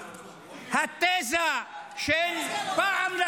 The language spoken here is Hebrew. התזה של פעם,